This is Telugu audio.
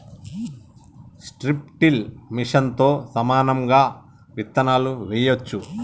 స్ట్రిప్ టిల్ మెషిన్తో సమానంగా విత్తులు వేయొచ్చు